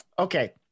Okay